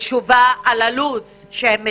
תשובה על הלו"ז שהם מתכננים,